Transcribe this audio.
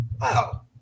wow